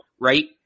right